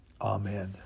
Amen